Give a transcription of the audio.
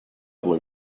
blow